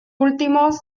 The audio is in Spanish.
últimos